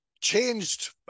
changed